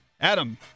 Adam